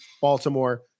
Baltimore